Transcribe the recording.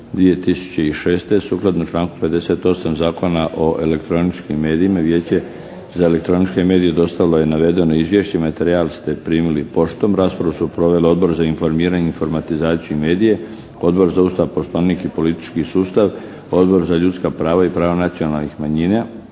medije Sukladno članku 58. Zakona o elektroničkim medijima, Vijeće za elektroničke medije dostavilo je navedeno izvješće. Materijal ste primili poštom. Raspravu su proveli Odbor za informiranje, informatizaciju i medije, Odbor za Ustav, Poslovnik i politički sustav, Odbor za ljudska prava i prava nacionalnih manjina.